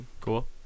Cool